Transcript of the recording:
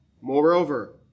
Moreover